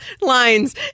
lines